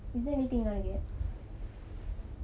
is there anything you want to get